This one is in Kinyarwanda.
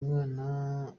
mwana